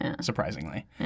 surprisingly